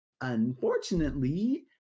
Unfortunately